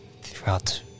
throughout